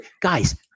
Guys